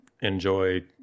enjoy